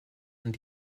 und